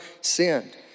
sinned